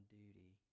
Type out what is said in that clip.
duty